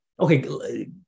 okay